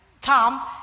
Tom